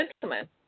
gentlemen